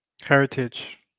Heritage